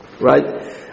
right